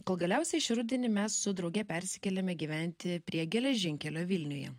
kol galiausiai šį rudenį mes su drauge persikėlėme gyventi prie geležinkelio vilniuje